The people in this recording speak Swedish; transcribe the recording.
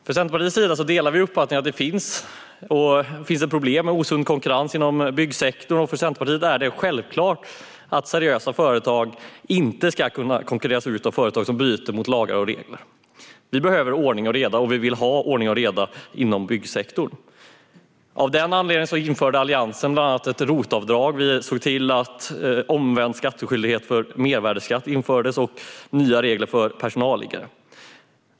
Från Centerpartiets sida delar vi uppfattningen att det finns ett problem med osund konkurrens inom byggsektorn, och för Centerpartiet är det självklart att seriösa företag inte ska kunna konkurreras ut av företag som bryter mot lagar och regler. Vi behöver ordning och reda, och vi vill ha ordning och reda inom byggsektorn. Av den anledningen införde Alliansen bland annat ett ROT-avdrag och omvänd skattskyldighet för mervärdesskatt liksom nya regler om personalliggare.